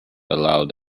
allowed